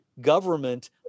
government